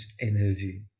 energy